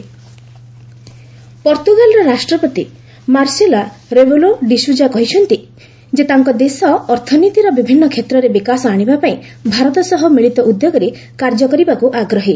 ପର୍ତ୍ତୁଗୀକ ପ୍ରେଜ୍ ଇକନମି ପର୍ତ୍ତୁଗାଲର ରାଷ୍ଟ୍ରପତି ମାର୍ସେଲୋ ରେବେଲୋ ଡି ସୁଜା କହିଛନ୍ତି ଯେ ତାଙ୍କ ଦେଶ ଅର୍ଥନୀତିର ବିଭିନ୍ନ କ୍ଷେତ୍ରରେ ବିକାଶ ଆଣିବା ପାଇଁ ଭାରତ ସହ ମିଳିତ ଉଦ୍ୟୋଗରେ କାର୍ଯ୍ୟ କରିବାକୁ ଆଗ୍ରହୀ